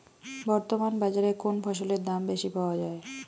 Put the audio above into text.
বর্তমান বাজারে কোন ফসলের দাম বেশি পাওয়া য়ায়?